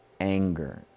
anger